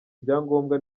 ibyangombwa